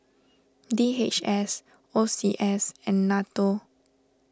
D H S O C S and Nato